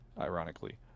ironically